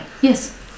Yes